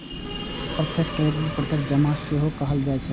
प्रत्यक्ष क्रेडिट कें प्रत्यक्ष जमा सेहो कहल जाइ छै